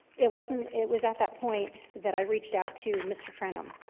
it wasn't, it was at that point that i reached out to mr. trenum.